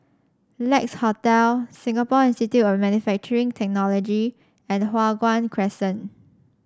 Lex Hotel Singapore Institute of Manufacturing Technology and Hua Guan Crescent